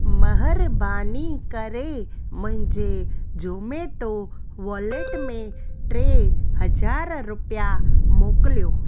महिरबानी करे मुंहिंजे ज़ोमेटो वॉलेट में टे हज़ार रुपिया मोकिलियो